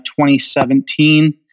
2017